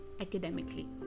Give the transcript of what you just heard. academically